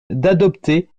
d’adopter